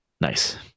Nice